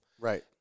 Right